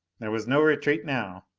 there was no retreat now.